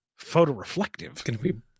photoreflective